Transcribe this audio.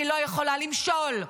אני לא יכולה למשול,